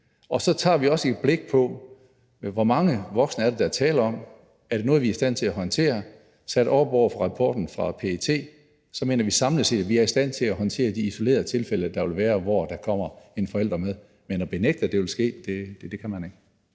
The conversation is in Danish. og så tager vi også et blik på, hvor mange voksne det er, der er tale om, og om det er noget, vi er i stand til at håndtere. Sat op imod rapporten fra PET mener vi, at vi samlet set er i stand til at håndtere de isolerede tilfælde, der vil være, hvor der kommer en forælder med. Men at benægte at det vil ske, kan man ikke.